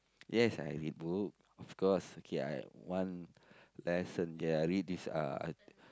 yes I read book of course okay I had one lesson ya I read this uh uh